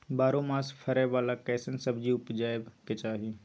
बारहो मास फरै बाला कैसन सब्जी उपजैब के चाही?